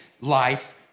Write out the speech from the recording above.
life